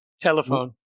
Telephone